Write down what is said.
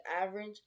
average